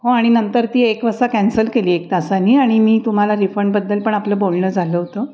हो आणि नंतर ती एक वाजता कॅन्सल केली एक तासाने आणि मी तुम्हाला रिफंडबद्दल पण आपलं बोलणं झालं होतं